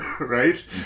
right